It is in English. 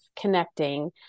connecting